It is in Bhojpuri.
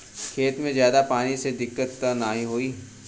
खेत में ज्यादा पानी से दिक्कत त नाही होई?